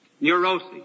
neurosis